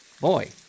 Boy